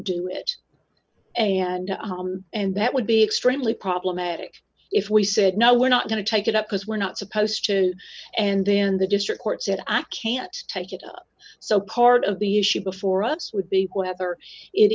do it and and that would be extremely problematic if we said no we're not going to take it up because we're not supposed to and then the district court said i can't take it so part of the issue before us would be whether it